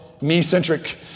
me-centric